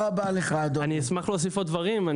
אשמח להוסיף עוד דברים.